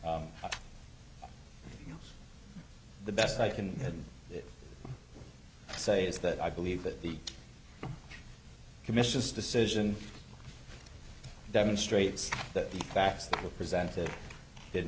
the best i can say is that i believe that the commission's decision demonstrates that the facts that were presented did